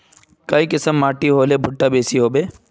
काई किसम माटी होले भुट्टा बेसी होबे?